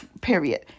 Period